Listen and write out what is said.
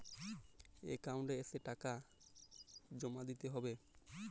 Account এসে টাকা জমা দিতে হবে?